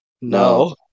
No